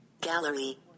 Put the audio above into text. gallery